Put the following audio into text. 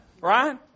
Right